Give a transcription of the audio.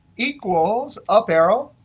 equals up arrow,